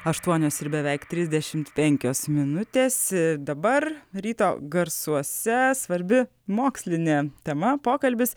aštuonios ir beveik trisdešimt penkios minutės dabar ryto garsuose svarbi moksline tema pokalbis